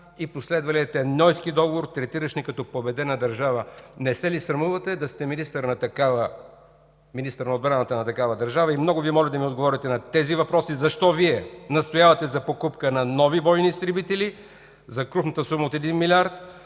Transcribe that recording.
и последвалия Ньойски договор, третиращ ни като победена държава? Не се ли срамувате да сте министър на отбраната на такава държава? Много Ви моля да ми отговорите на тези въпроси: защо Вие настоявате за покупка на нови бойни изтребители за крупната сума от 1 милиард,